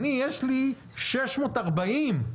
לי יש 640 ,